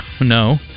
No